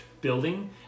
building